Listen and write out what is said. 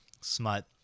smut